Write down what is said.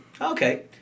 okay